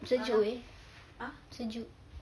sejuk eh sejuk